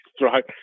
right